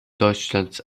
deutschlands